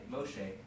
Moshe